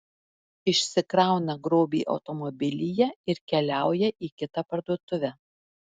išsikrauna grobį automobilyje ir keliauja į kitą parduotuvę